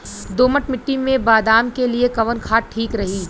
दोमट मिट्टी मे बादाम के लिए कवन खाद ठीक रही?